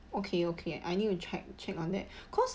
okay okay I need to check check on that cause